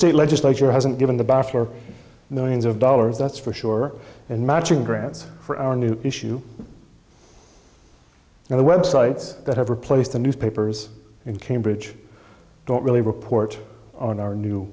state legislature hasn't given the bar for millions of dollars that's for sure and matching grants for a new issue and the websites that have replaced the newspapers in cambridge don't really report on our new